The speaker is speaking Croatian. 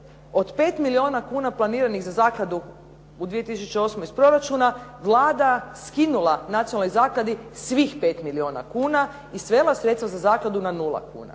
od 5 milijuna kuna planiranih za zakladu u 2008. iz proračuna Vlada skinula Nacionalnoj zakladi svih 5 milijuna kuna i svela sredstva za zakladu na nula